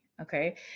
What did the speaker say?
Okay